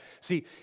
See